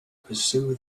pursue